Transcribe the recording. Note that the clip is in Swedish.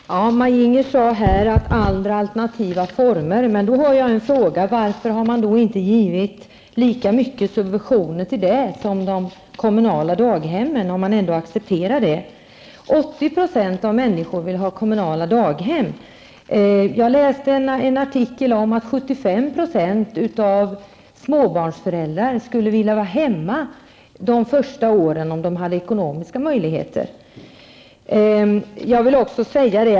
Herr talman! Maj-Inger Klingvall talade om andra alternativa barnomsorgsformer. Jag vill då fråga varför socialdemokraterna inte har gett lika mycket subventioner till dessa som till de kommunala daghemmen om de ändå accepterar sådana. Maj-Inger Klingvall sade att 80 % av föräldrarna vill ha plats för sina barn i kommunal barnomsorg. Jag läste en artikel om att 75 % av småbarnsföräldrarna skulle vilja vara hemma under de första åren med sina barn om de hade ekonomiska möjligheter.